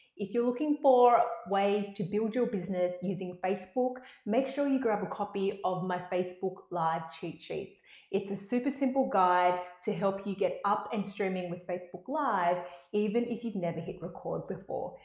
if you're looking for ways to build your business using facebook make sure you grab a copy of my facebook live cheat sheets it's a super simple guide to help you get up and streaming with facebook live even if you've never hit record before,